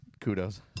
Kudos